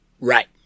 Right